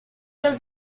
los